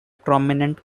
prominent